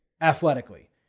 athletically